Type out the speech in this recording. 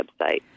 website